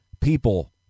people